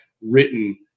written